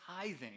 tithing